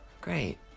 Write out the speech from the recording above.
Great